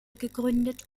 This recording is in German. gegründet